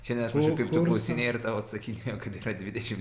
šiandien aš mačiau kaip tu klausinėji ir tau atsakinėjo kad yra dvidešim